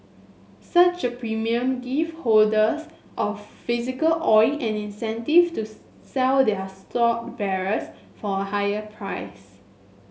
such a premium give holders of physical oil an incentive to sell their stored barrels for a higher price